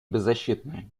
беззащитная